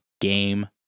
game